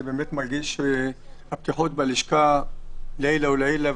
אני מרגיש שהפתיחות בלשכה לעילא ולעילא,